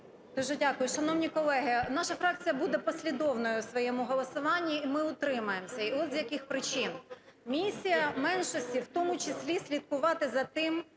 Дуже дякую. Шановні колеги, наша фракція буде послідовною в своєму голосуванні, і ми утримаємося. І от з яких причин. Місія меншості в тому числі слідкувати за тим,